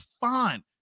fine